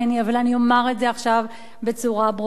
אבל אני אומרת את זה עכשיו בצורה ברורה: